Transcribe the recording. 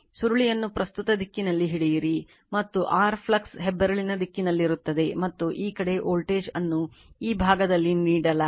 ಸುರುಳಿಯನ್ನು ಪ್ರಸಕ್ತ ದಿಕ್ಕಿನಲ್ಲಿ ಹಿಡಿಯಿರಿ ಮತ್ತು r ಫ್ಲಕ್ಸ್ ಹೆಬ್ಬೆರಳಿನ ದಿಕ್ಕಿನಲ್ಲಿರುತ್ತದೆ ಮತ್ತು ಈ ಕಡೆ ವೋಲ್ಟೇಜ್ ಅನ್ನು ಈ ಭಾಗದಲ್ಲಿ ನೀಡಲಾಗಿದೆ